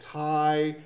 tie